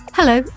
Hello